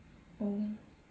oh